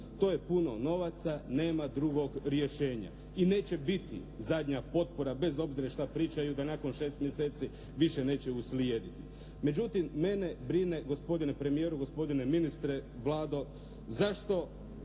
To je puno novaca, nema drugog rješenja. I neće biti zadnja potpora, bez obzira što pričaju da nakon šest mjeseci više neće uslijediti. Međutim, mene brine gospodine premijeru, gospodine ministre, Vlado, zašto,